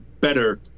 better